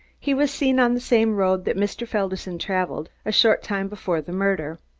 he was seen on the same road that mr. felderson traveled, a short time before the murder.